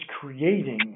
creating